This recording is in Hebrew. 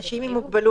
אנשים עם מוגבלות.